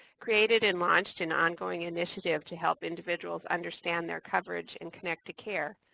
created and launched an ongoing initiative to help individuals understand their coverage and connect to care,